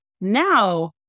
Now